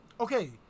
Okay